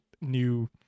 new